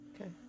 Okay